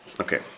Okay